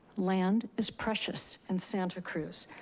land is precious in santa cruz.